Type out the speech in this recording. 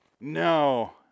No